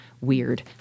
weird